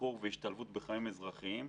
לשחרור ולהשתלבות בחיים אזרחיים,